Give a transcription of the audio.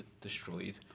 destroyed